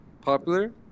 popular